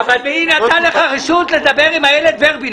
מי נתן לך רשות לדבר עכשיו עם איילת ורבין?